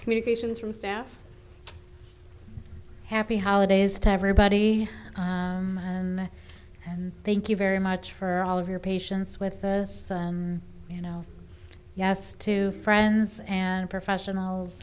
communications from staff happy holidays to everybody and thank you very much for all of your patience with us you know yes to friends and professionals